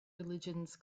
religions